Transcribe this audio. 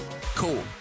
cool